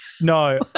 No